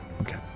Okay